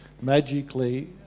magically